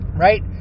right